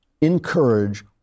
encourage